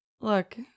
Look